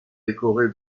décorée